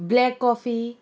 black coffee